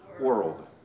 world